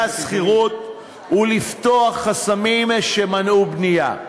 השכירות ולפתוח חסמים שמנעו בנייה.